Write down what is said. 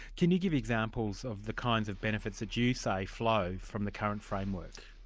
can you give examples of the kinds of benefits that you say flow from the current framework?